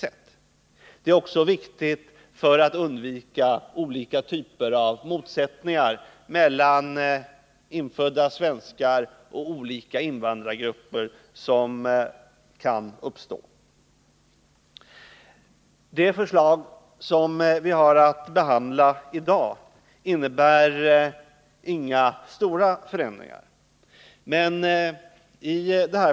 Detta är också viktigt för att vi skall kunna undvika de motsättningar mellan infödda svenskar och olika invandrargrupper som kan uppstå. Det förslag som vi har att ta ställning till i dag innebär inga stora förändringar.